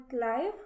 live